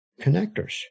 connectors